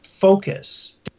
focus